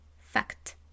fact